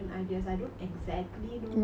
ya so I want like a swimming pool